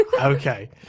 Okay